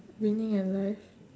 winning at life